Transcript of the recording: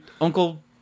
uncle